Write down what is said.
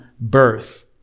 birth